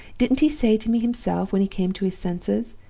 didn't he say to me himself, when he came to his senses,